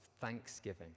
thanksgiving